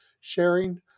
sharing